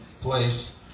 place